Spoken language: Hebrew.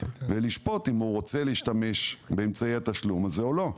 ולשפוט אם הוא רוצה להשתמש באמצעי התשלום הזה או לא.